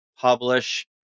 publish